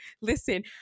listen